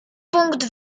punkt